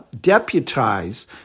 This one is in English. deputize